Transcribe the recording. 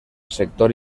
sector